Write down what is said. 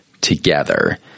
together